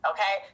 Okay